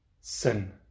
sin